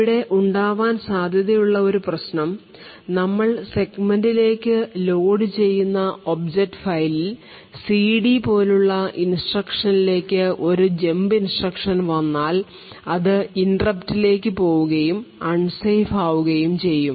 ഇവിടെ ഉണ്ടാവാൻ സാധ്യതയുള്ള ഒരു പ്രശ്നം നമ്മൾ സെഗ്മെൻറിലേക്ക് ലോഡ് ചെയ്യുന്ന ഒബ്ജക്റ്റ് ഫയലിൽ CD പോലുള്ള ഇൻസ്ട്രക്ഷനി ലേക്ക് ഒരു ജബ് ഇൻസ്ട്രക്ഷൻ വന്നാൽ അത് ഇൻറെപ്റ്റ് ലേക്ക് പോവുകയും അൺ സേഫ് ആവുകയും ചെയ്യും